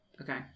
Okay